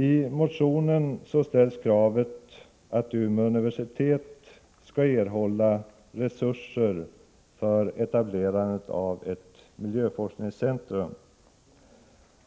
I motionen ställs kravet att Umeå universitet skall erhålla resurser för etablerandet av ett miljöforskningscentrum.